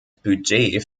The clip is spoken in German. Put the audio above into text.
budget